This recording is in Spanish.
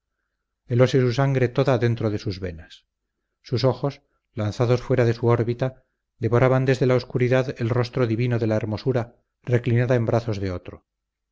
la tumba helóse su sangre toda dentro de sus venas sus ojos lanzados fuera de su órbita devoraban desde la oscuridad el rostro divino de la hermosura reclinada en brazos de otro